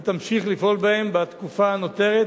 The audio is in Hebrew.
ותמשיך לפעול בהם בתקופה הנותרת,